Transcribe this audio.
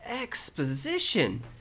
exposition